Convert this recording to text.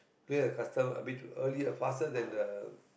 clear the custom a bit earlier faster than the